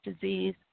disease